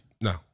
No